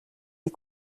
les